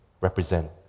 represent